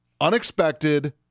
Unexpected